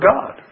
God